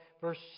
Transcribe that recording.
verse